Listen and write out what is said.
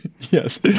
Yes